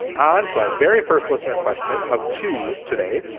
on to our very first listener question of two today.